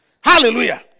Hallelujah